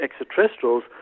extraterrestrials